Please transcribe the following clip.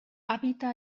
habita